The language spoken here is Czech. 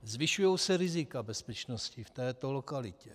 Zvyšují se rizika bezpečnosti v této lokalitě.